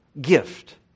gift